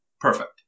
perfect